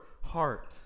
heart